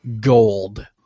gold